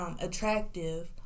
attractive